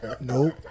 Nope